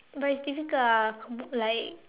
but it's difficult ah like